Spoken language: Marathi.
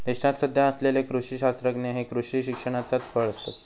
देशात सध्या असलेले कृषी शास्त्रज्ञ हे कृषी शिक्षणाचाच फळ आसत